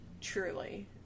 Truly